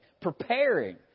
preparing